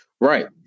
right